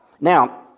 Now